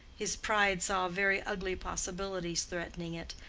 his pride saw very ugly possibilities threatening it,